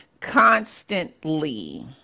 constantly